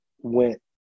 went